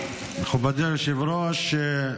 מכובדי היושב-ראש,